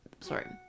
sorry